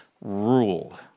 rule